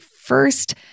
first